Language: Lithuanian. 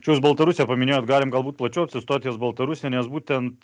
čia jūs baltarusiją paminėjot galim galbūt plačiau apsistot ties baltarusija nes būtent